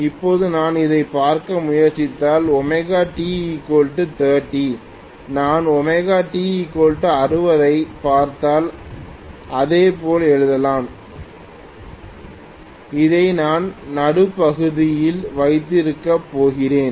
இப்போது நான் இதைப் பார்க்க முயற்சித்தால் ωt30 நான் ωt60 ஐப் பார்த்தால் இதேபோல் எழுதலாம் இதை நான் நடுப்பகுதியில் வைத்திருக்கப் போகிறேன்